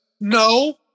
no